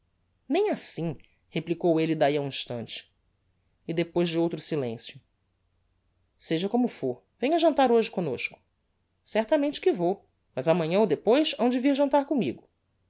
nem assim replicou elle dahi a um instante e depois de outro silencio seja como for venha jantar hoje comnosco certamente que vou mas amanhã ou depois hão de vir jantar commigo